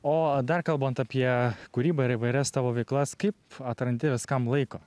o dar kalbant apie kūrybą ir įvairias tavo veiklas kaip atrandi viskam laiko